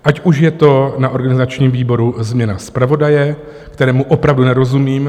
Ať už je to na organizačním výboru změna zpravodaje, kterému opravdu nerozumím.